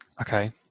okay